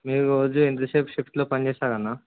మీరు రోజు ఇంత్రసేపు షిఫ్ట్లో పని చేస్తారు అన్నా